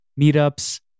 meetups